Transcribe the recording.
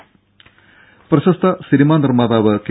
രമേ പ്രശസ്ത സിനിമാ നിർമ്മാതാവ് കെ